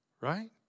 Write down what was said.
Right